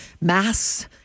mass